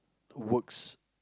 works